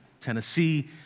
Tennessee